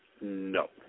No